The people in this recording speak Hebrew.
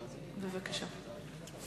בבקשה.